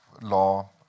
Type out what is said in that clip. law